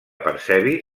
percebi